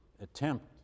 attempt